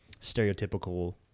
stereotypical